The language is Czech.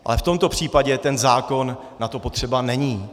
Ale v tomto případě ten zákon na to potřeba není.